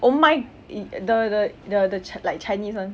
oh my !ee! the the the the chi~ like chinese [one]